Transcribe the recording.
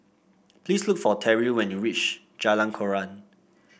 please look for Terrill when you reach Jalan Koran